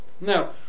Now